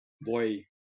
boy